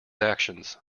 actions